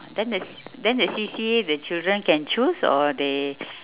then the c~ then the C_C_A the children can choose or they